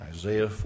Isaiah